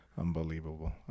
Unbelievable